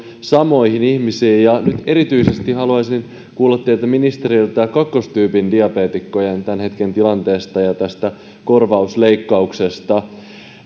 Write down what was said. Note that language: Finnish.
samoihin ihmisiin nyt erityisesti haluaisin kuulla teiltä ministereiltä kakkostyypin diabeetikkojen tämän hetken tilanteesta ja korvausleikkauksesta